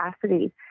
capacity